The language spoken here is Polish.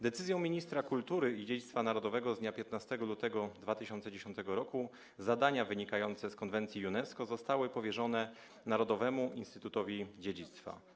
Decyzją ministra kultury i dziedzictwa narodowego z dnia 15 lutego 2010 r. zadania wynikające z konwencji UNESCO zostały powierzone Narodowemu Instytutowi Dziedzictwa.